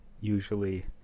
usually